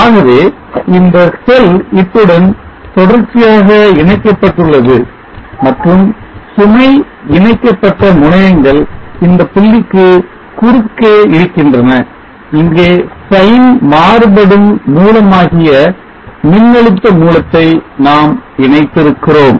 ஆகவே இந்த செல் இத்துடன் தொடர்ச்சியாக இணைக்கப்பட்டுள்ளது மற்றும் சுமை இணைக்கப்பட்ட முனையங்கள் இந்தப் புள்ளிக்கு குறுக்கே இருக்கின்றன இங்கே sine மாறுபடும் மூலமாகிய மின்னழுத்த மூலத்தை நாம் இணைத்திருக்கிறோம்